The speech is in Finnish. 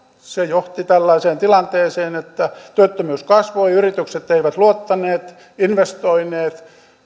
se johti tällaiseen tilanteeseen että työttömyys kasvoi yritykset eivät luottaneet investoineet